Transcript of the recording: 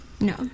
No